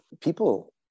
people